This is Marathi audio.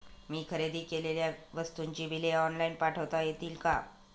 मी खरेदी केलेल्या वस्तूंची बिले ऑनलाइन पाठवता येतील का?